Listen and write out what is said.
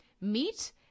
meet